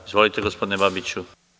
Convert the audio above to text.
Izvolite gospodine Babiću.